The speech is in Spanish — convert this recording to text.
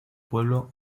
pueblo